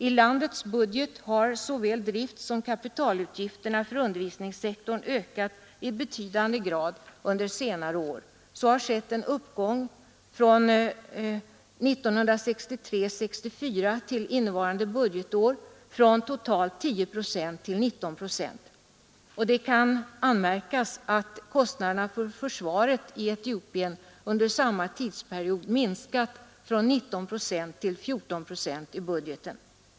I landets budget har såväl driftsom kapitalutgifterna för undervisningssektorn ökat i betydande grad under senare år, och från budgetåret 1963/64 till innevarande budgetår har det skett en uppgång från totalt 10 till 19 procent. Det kan också anmärkas att kostnaderna för försvaret i Etiopien under samma tid har minskat från 19 till 14 procent i budgeten.